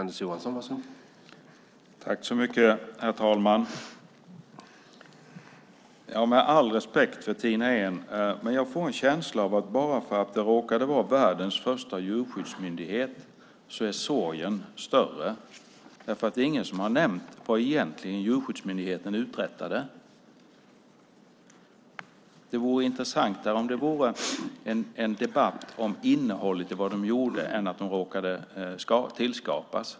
Herr talman! Med all respekt för Tina Ehn, men jag får en känsla av att sorgen är större bara för att det råkade vara världens första djurskyddsmyndighet. Det är ingen som har nämnt vad Djurskyddsmyndigheten egentligen uträttade. Det vore intressantare om det var en debatt om innehållet i vad de gjorde än att de råkade tillskapas.